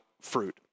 fruit